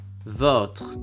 Votre